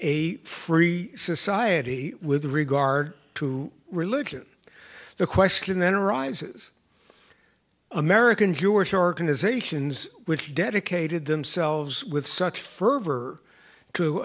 a free society with regard to religion the question then arises american jewish organizations which dedicated themselves with such fervor to